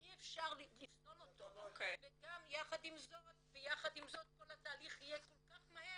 אי אפשר לפסול אותו וגם יחד עם זאת כל התהליך יהיה כל כך מהר